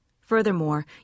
Furthermore